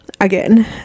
again